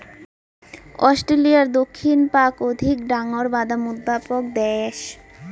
অস্ট্রেলিয়ার দক্ষিণ পাক অধিক ডাঙর বাদাম উৎপাদক দ্যাশ